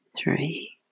three